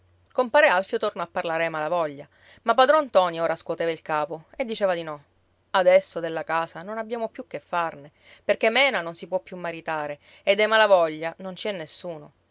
compare alfio tornò a parlare ai malavoglia ma padron ntoni ora scuoteva il capo e diceva di no adesso della casa non abbiamo che farne perché mena non si può più maritare e dei malavoglia non ci è nessuno